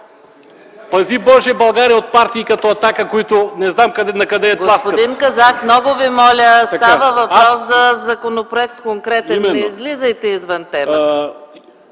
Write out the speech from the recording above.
Пази Боже, България от партии като „Атака”, които не знаят накъде я тласкат.